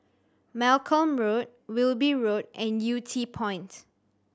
Malcolm Road Wilby Road and Yew Tee Point